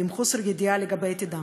ועם חוסר ידיעה לגבי עתידם.